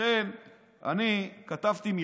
לכן אני כתבתי מכתב.